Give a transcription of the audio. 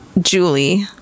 julie